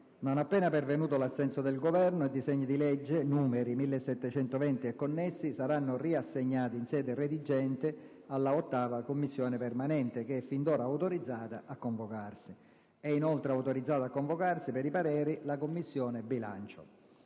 Non appena pervenuto l’assenso del Governo, i disegni di legge nn. 1720 e connessi saranno riassegnati in sede redigente alla 8ª Commissione permanente, che efin d’ora autorizzata a convocarsi. E[ ]inoltre autorizzata a convocarsi, per i pareri, la Commissione bilancio.